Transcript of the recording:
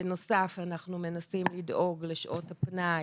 בנוסף אנחנו מנסים לדאוג לשעות הפנאי,